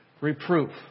reproof